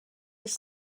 his